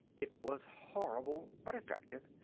it was horrible but effective.